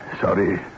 Sorry